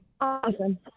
Awesome